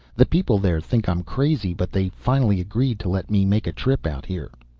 the people there think i'm crazy, but they finally agreed to let me make a trip out here.